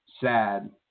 sad